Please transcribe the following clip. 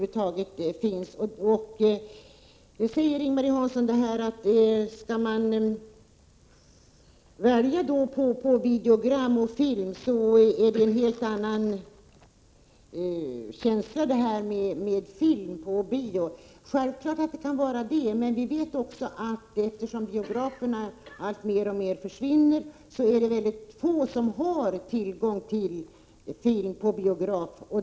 Ing-Marie Hansson säger att om man skall välja mellan videogram och film är det en helt annan känsla med film på bio. Självfallet kan det vara det. Men eftersom biograferna alltmer försvinner vet vi också att det är få som har tillgång till film på biograf.